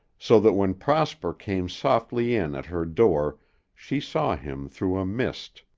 so that when prosper came softly in at her door she saw him through a mist.